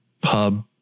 pub